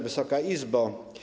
Wysoka Izbo!